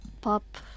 pop